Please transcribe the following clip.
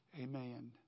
Amen